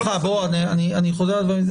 שמחה בוא, אני חוזר על עצמי.